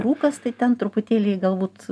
rūkas tai ten truputėlį galbūt